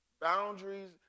Boundaries